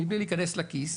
מבלי להיכנס לכיס,